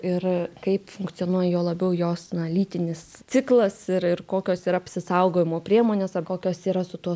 ir kaip funkcionuoja juo labiau jos lytinis ciklas ir ir kokios yra apsisaugojimo priemonės ar kokios yra su tuo